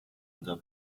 unser